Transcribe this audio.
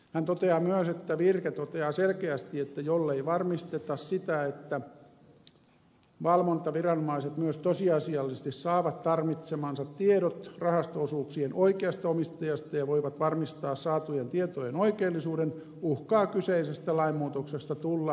hän toteaa myös että virke toteaa selkeästi että jollei varmisteta sitä että valvontaviranomaiset myös tosiasiallisesti saavat tarvitsemansa tiedot rahasto osuuksien oikeasta omistajasta ja voivat varmistaa saatujen tietojen oikeellisuuden uhkaa kyseisestä lainmuutoksesta tulla veroparatiisilainsäädäntö